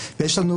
יש לנו